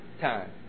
time